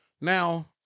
now